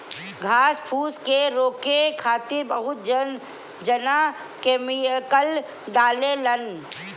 घास फूस के रोके खातिर बहुत जना केमिकल डालें लन